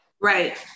right